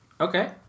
Okay